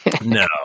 no